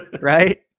Right